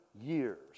years